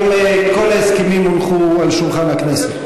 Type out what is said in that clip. האם כל ההסכמים הונחו על שולחן הכנסת?